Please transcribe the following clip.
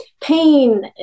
pain